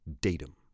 Datum